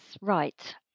right